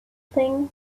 thing